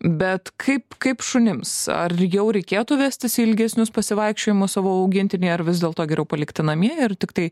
bet kaip kaip šunims ar jau reikėtų vestis į ilgesnius pasivaikščiojimus savo augintinį ar vis dėlto geriau palikti namie ir tiktai